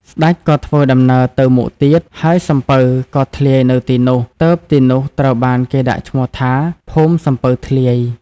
ស្តេចក៏ធ្វើដំណើរទៅមុខទៀត ហើយសំពៅក៏ធ្លាយនៅទីនោះ ទើបទីនោះត្រូវបានគេដាក់ឈ្មោះថា ភូមិសំពៅធ្លាយ។